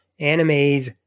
Animes